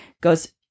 goes